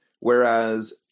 Whereas